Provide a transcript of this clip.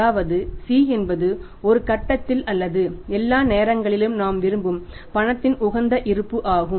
அதாவது C என்பது ஒரு கட்டத்தில் அல்லது எல்லா நேரங்களிலும் நாம் விரும்பும் பணத்தின் உகந்த இருப்பு ஆகும்